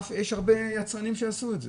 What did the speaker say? יש הרבה יצרנים שיעשו את זה.